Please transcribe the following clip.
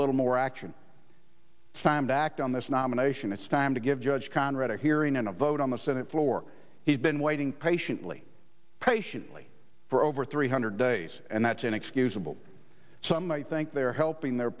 little more action time to act on this nomination it's time to give judge conrad a hearing and a vote on the senate floor he's been waiting patiently patiently for over three hundred days and that's inexcusable some might think they're helping their